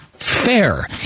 fair